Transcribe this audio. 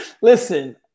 Listen